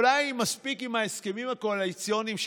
אולי מספיק עם ההסכמים הקואליציוניים,